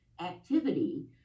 activity